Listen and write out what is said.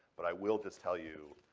but i will just tell you,